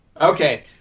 Okay